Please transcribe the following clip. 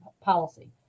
policy